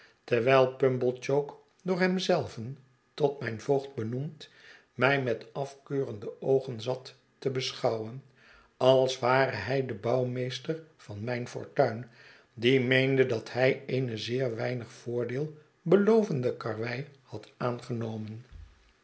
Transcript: terwijl pumblechook door hem zelven tot mijn voogd benoemd mij met afkeurende oogen zat te beschouwen als ware hij de bouwmeester van mijn fortuin die meende dat hij eene zeer weinig voordeel belovende karwei had aangenomen